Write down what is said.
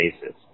basis